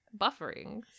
buffering